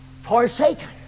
forsaken